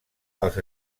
els